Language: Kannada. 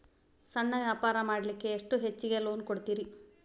ಸಣ್ಣ ವ್ಯಾಪಾರ ಮಾಡ್ಲಿಕ್ಕೆ ಎಷ್ಟು ಹೆಚ್ಚಿಗಿ ಲೋನ್ ಕೊಡುತ್ತೇರಿ?